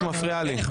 את מפריעה לי.